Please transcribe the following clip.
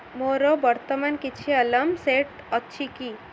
ମୋର ବର୍ତ୍ତମାନ କିଛି ଆଲାର୍ମ ସେଟ୍ ଅଛି କି